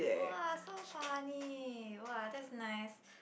!wah! so funny !wah! that's nice